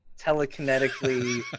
telekinetically